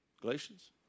Galatians